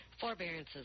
Forbearances